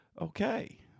okay